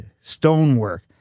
stonework